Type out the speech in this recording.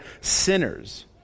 sinners